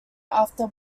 after